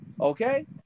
Okay